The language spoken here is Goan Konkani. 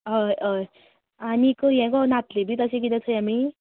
हय हय आनीक ये गो न्हातली बी तशे किदें थंय आमी